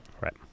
right